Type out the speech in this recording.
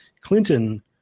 clinton